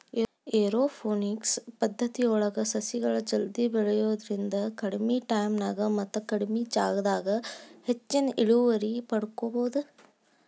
aeroponics ಪದ್ದತಿಯೊಳಗ ಸಸಿಗಳು ಜಲ್ದಿ ಬೆಳಿಯೋದ್ರಿಂದ ಕಡಿಮಿ ಟೈಮಿನ್ಯಾಗ ಮತ್ತ ಕಡಿಮಿ ಜಗದಾಗ ಹೆಚ್ಚಿನ ಇಳುವರಿ ಪಡ್ಕೋಬೋದು